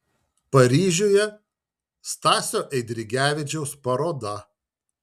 paryžiuje stasio eidrigevičiaus paroda